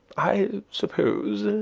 i suppose,